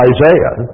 Isaiah